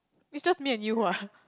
it's just me and you !wah!